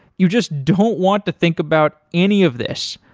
you just don't want to think about any of this.